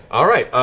all right.